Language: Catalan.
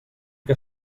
que